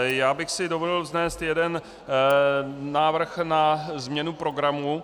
Já bych si dovolil vznést jeden návrh na změnu programu.